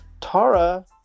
Tara